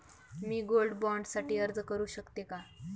मी gold bond साठी अर्ज करु शकते का?